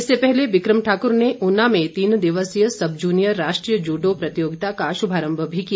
इससे पहले बिक्रम ठाकुर ने ऊना में तीन दिवसीय सब जूनियर राष्ट्रीय जूडो प्रतियोगिता का शुभारंभ भी किया